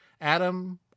Adam